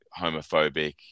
homophobic